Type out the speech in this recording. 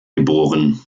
geboren